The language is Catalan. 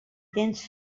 tens